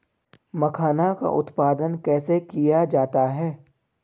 मखाना का उत्पादन कैसे किया जाता है?